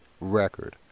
record